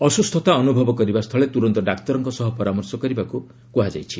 ଅସୁସ୍ଥତା ଅନୁଭବ କରିବା ସ୍ଥଳେ ତୁରନ୍ତ ଡାକ୍ତରଙ୍କ ସହ ପରାମର୍ଶ କରିବାକୁ କୁହାଯାଇଛି